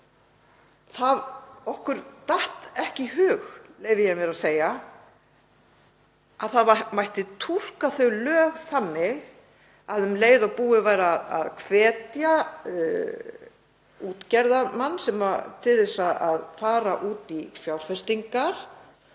Okkur datt ekki í hug, leyfi ég mér að segja, að túlka mætti þau lög þannig að um leið og búið væri að hvetja útgerðarmann til að fara út í fjárfestingar,